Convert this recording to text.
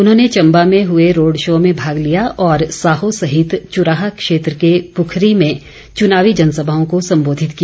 उन्होंने चम्बा में हुए रोड शो में भाग लिया और साहो सहित चुराह क्षेत्र के पुखरी में चुनावी जनसभाओं को सम्बोधित किया